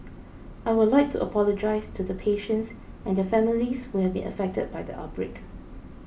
I would like to apologise to the patients and their families who have been affected by the outbreak